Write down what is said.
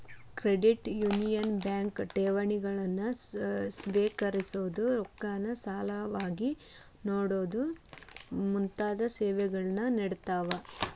credit union bank ಠೇವಣಿಗಳನ್ನ ಸ್ವೇಕರಿಸೊದು, ರೊಕ್ಕಾನ ಸಾಲವಾಗಿ ನೇಡೊದು ಮುಂತಾದ ಸೇವೆಗಳನ್ನ ನೇಡ್ತಾವ